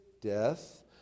death